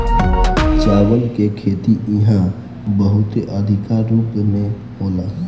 चावल के खेती इहा बहुते अधिका रूप में होला